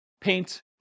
paint